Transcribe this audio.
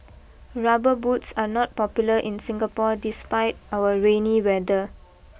rubber boots are not popular in Singapore despite our rainy weather